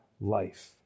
life